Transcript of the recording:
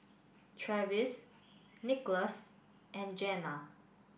Travis Nicholas and Jenna